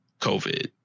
COVID